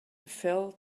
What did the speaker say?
fell